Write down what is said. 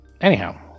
anyhow